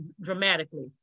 dramatically